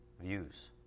views